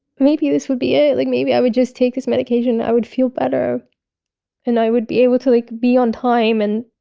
maybe this would be ah like maybe i would just take his medication and i would feel better and i would be able to like be on time and